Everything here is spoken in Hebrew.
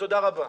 תודה רבה.